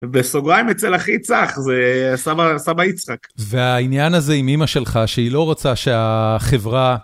בסוגריים אצל אחי צח, זה סבא יצחק. והעניין הזה עם אמא שלך שהיא לא רוצה שהחברה...